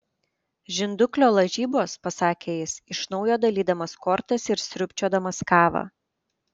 žinduklio lažybos pasakė jis iš naujo dalydamas kortas ir sriubčiodamas kavą